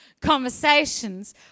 conversations